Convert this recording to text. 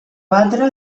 batre